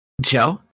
Joe